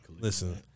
Listen